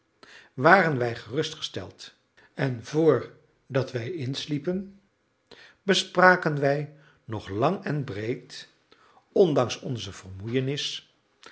waren wij gerustgesteld en vr dat wij insliepen bespraken wij nog lang en breed ondanks onze vermoeienis